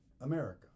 America